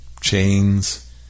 Chains